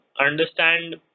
understand